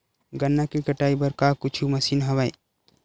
गन्ना के कटाई बर का कुछु मशीन हवय?